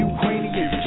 Ukrainian